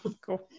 Cool